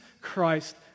christ